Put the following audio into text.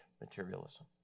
materialism